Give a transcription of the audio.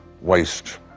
waste